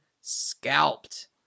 scalped